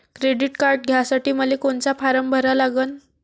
Credit card घ्यासाठी मले कोनचा फारम भरा लागन?